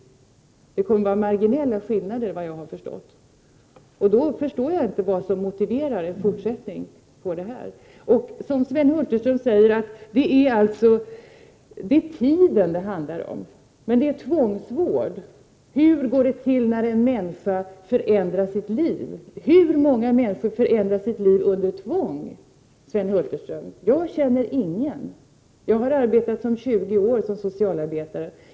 Efter vad jag förstått kommer det att bli endast marginella skillnader. Då förstår jag inte vad det är som motiverar en fortsättning. Sven Hulterström säger att det är tiden det handlar om. Men det är ju en tvångsvård. Hur går det till när en människa förändrar sitt liv? Hur många människor förändrar sitt liv under tvång, Sven Hulterström? Jag känner ingen som gjort det, och ändå har jag under 20 år varit socialarbetare.